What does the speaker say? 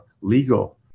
legal